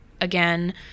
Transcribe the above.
again